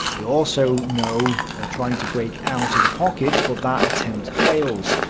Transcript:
we also know they're trying to break out of the pocket, but that attempt fails.